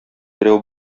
берәү